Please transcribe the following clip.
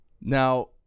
Now